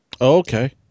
Okay